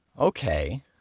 Okay